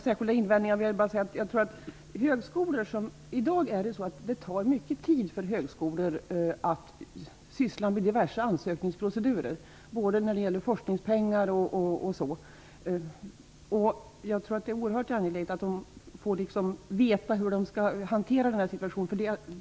Herr talman! Jag har inga särskilda invändningar mot detta. I dag tar det mycket tid för högskolorna att syssla med diverse ansökningsprocedurer när det gäller forskningspengar och liknande. Jag tror att det är oerhört angeläget att de får veta hur de skall hantera situationen.